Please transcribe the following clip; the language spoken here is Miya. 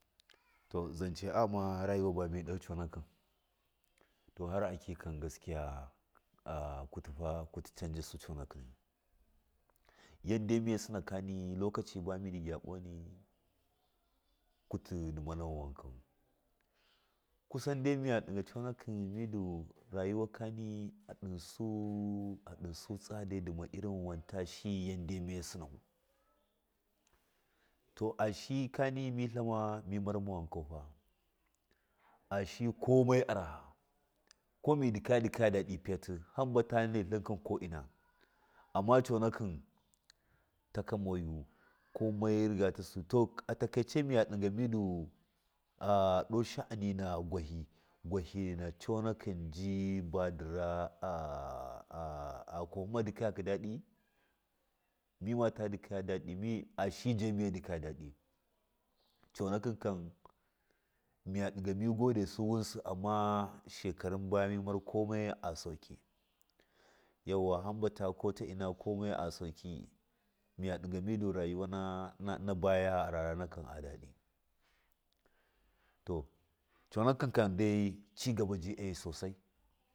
to zance a gnama rayuwa miɗo coonaki to har nakikan gaskiya a a kuhifa kuti chanjasu coona kɨnai yaddai miye sinakani mindɨ gyaɓoni kuti ndama wankau kusan da miya ɗiga coonakɨn midu ragukani aɗisu tsadai ndama irin wonta shigil yaddai muye sɨnau to ashiyikani mi tlama mi marma wankawafa ashiyi komai araha kuma mi ndikaga ndɨkaga figatii hambata nai tlinkun kaina. Amma coonakɨn taka mobu komai rigatasu to atakaice miga ɗiga mindu a do shaani na gwahi gwahi na coonakɨn ji badira a a kwahi gwahi na coonakɨn ji badira a kwahima ndi kagakɨn daɗi mimata ndaka daɗi mi a shiji ja miya mi godesu ghɨnsi amma shekarun baga mimar komai a swakike yauwu hamta komai a saukɨ miya ɗigami ndu rayuwa na buya arara nakin a daɗi to coonakɨn dai cigaba jagi sosai.